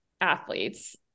athletes